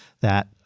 that-